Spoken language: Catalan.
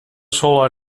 sola